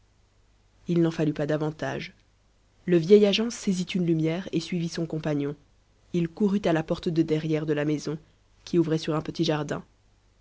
il n'en fallut pas davantage le vieil agent saisit une lumière et suivi de son compagnon il courut à la porte de derrière de la maison qui ouvrait sur un petit jardin